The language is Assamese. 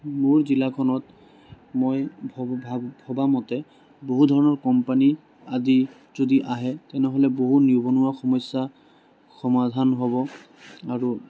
মোৰ জিলাখনত মই ভব ভ ভবা মতে বহুধৰণৰ কোম্পানী আদি যদি আহে তেনেহ'লে বহুত নিবনুৱা সমস্যা সমাধান হ'ব আৰু